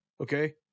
Okay